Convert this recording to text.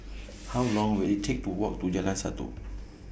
How Long Will IT Take to Walk to Jalan Satu